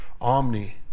Omni